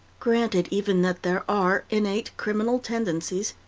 granted even that there are innate criminal tendencies,